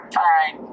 time